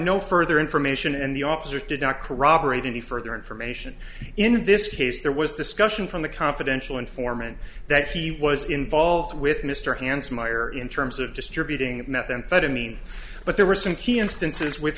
no further information and the officers did not corroborate any further information in this case there was discussion from the confidential informant that he was involved with mr hanssen meyer in terms of distributing methamphetamine but there were some key instances with